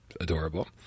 adorable